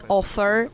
offer